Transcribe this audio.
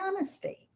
honesty